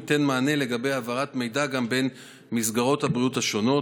ייתן מענה לגבי העברת מידע בין מסגרות הבריאות השונות.